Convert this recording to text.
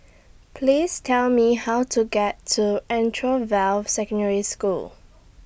Please Tell Me How to get to Anchorvale Secondary School